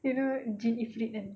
you know jin ifrit kan